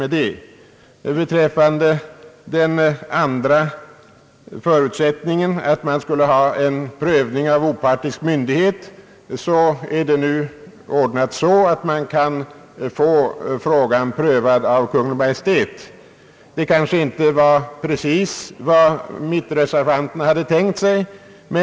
Vad beträffar den andra punkten, om prövning genom opartisk myndighet, är det nu så ordnat att frågan kan bli prövad av Kungl. Maj:t. Det var en av de möjligheter, som mittenreservanterna hade tänkt sig.